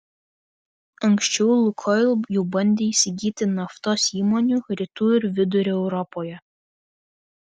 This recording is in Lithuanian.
anksčiau lukoil jau bandė įsigyti naftos įmonių rytų ir vidurio europoje